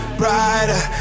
brighter